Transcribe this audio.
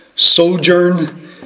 Sojourn